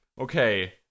okay